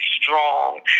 strong